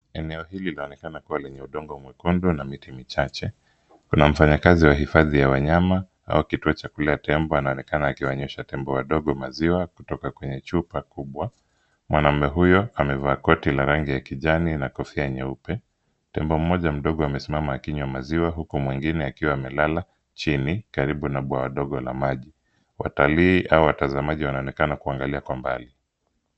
Eneo hili linaonekana kuwa lenye na udongo mwekundu na miti michache. Kuna mfanyakazi wa hifadhi ya wanyama au kituo cha kulea tembo anaonekana akiwanywesha tembo wadogo maziwa kutoka kwenye chupa kubwa. Mwanume huyo amevaa koti la rangi ya kijani na kofia nyeupe. Tembo mmoja mdogo amesimama akinywa maziwa huku mwengine akiwa amelala chini kando ya bwawa la maji. Watalii wanaonekana waliangalia kwa umbali.